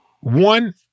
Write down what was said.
One